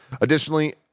Additionally